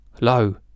low